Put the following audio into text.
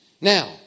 Now